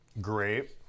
Great